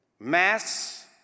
Mass